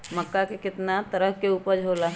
मक्का के कितना तरह के उपज हो ला?